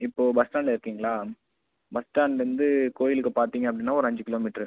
இப்போது பஸ் ஸ்டாண்டில் இருக்கீங்களா பஸ் ஸ்டாண்ட்லேருந்து கோயிலுக்கு பார்த்தீங்க அப்படின்னா ஒரு அஞ்சு கிலோமீட்ரு